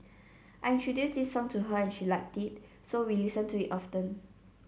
I introduced this song to her and she liked it so we listen to it often